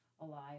alive